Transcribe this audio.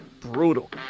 brutal